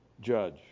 judge